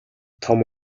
том